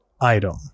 item